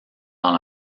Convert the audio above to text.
dans